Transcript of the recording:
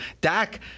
Dak